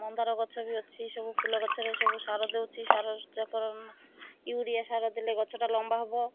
ମନ୍ଦାର ଗଛ ବି ଅଛି ସବୁ ଫୁଲ ଗଛରେ ସବୁ ସାର ଦେଉଛି ସାର ୟୁରିଆ ସାର ଦେଲେ ଗଛଟା ଲମ୍ବା ହେବ